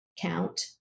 count